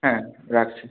হ্যাঁ রাখছি